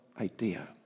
idea